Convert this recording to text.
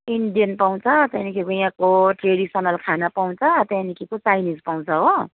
Indian पाउँछ त्यहाँदेखिको यहाँको ट्रेडिसनल खाना पाउँछ त्यहाँदेखिको चाइनिज पाउँछ हो